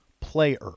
player